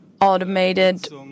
automated